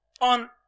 on